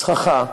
סככה,